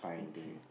okay